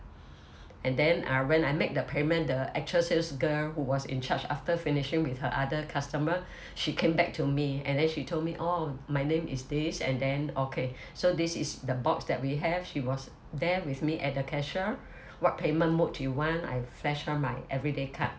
and then uh when I make the payment the actual sales girl who was in charge after finishing with her other customer she came back to me and then she told me oh my name is this and then okay so this is the box that we have she was there with me at the cashier what payment mode do you want I flash her my everyday card